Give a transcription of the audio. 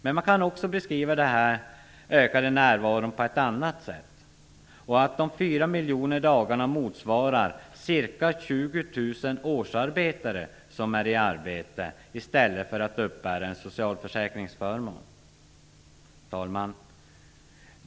Man kan också beskriva den ökade närvaron på ett annat sätt. De 4 miljoner dagarna motsvarar ca 20 000 årsarbetare som är i arbete i stället för att uppbära en socialförsäkringsförmån. Herr talman!